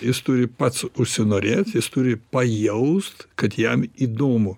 jis turi pats užsinorėt jis turi pajaust kad jam įdomu